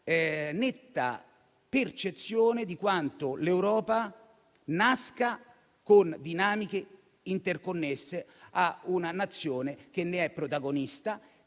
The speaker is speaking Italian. netta percezione di quanto l'Europa nasca con dinamiche interconnesse a una Nazione che ne è protagonista